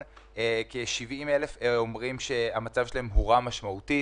כ-70,000 אומרים שהמצב שלהם הורע משמעותית.